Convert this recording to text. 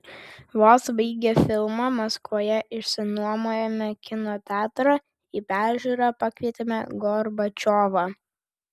vos baigę filmą maskvoje išsinuomojome kino teatrą į peržiūrą pakvietėme gorbačiovą